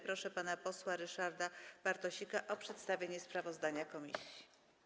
Proszę pana posła Ryszarda Bartosika o przedstawienie sprawozdania komisji.